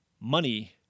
Money